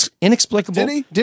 inexplicable